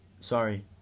Sorry